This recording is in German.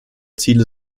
ziele